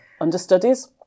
understudies